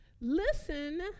Listen